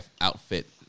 outfit